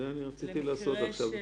למקרה --- זה רציתי לעשות עכשיו,